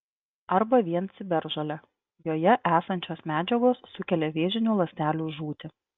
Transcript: arba vien ciberžole joje esančios medžiagos sukelia vėžinių ląstelių žūtį